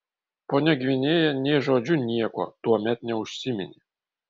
ponia gvinėja nė žodžiu nieko tuomet neužsiminė